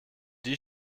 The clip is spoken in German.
die